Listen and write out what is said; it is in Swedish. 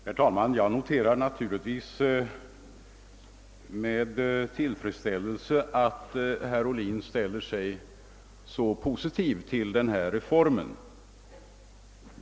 Herr talman! Jag noterar med tillfredsställelse att herr Ohlin ställer sig så positiv till reformen.